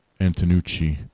Antonucci